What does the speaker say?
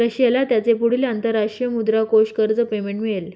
रशियाला त्याचे पुढील अंतरराष्ट्रीय मुद्रा कोष कर्ज पेमेंट मिळेल